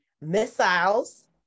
missiles